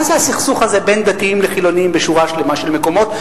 מה זה הסכסוך הזה בין דתיים לחילונים בשורה שלמה של מקומות,